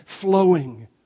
flowing